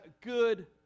good